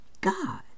God